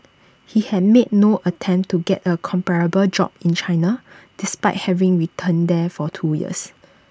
he had made no attempt to get A comparable job in China despite having returned there for two years